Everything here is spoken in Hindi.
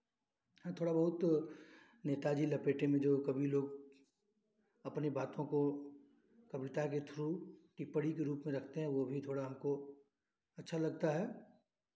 हाँ थोड़ा बहुत नेता जी लपेटे में जो सभी लोग अपनी बातों को कविता के थ्रू इस परी के रूप में रखते हैं वो भी थोड़ा हमको अच्छा लगता है